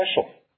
special